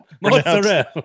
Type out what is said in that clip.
Mozzarella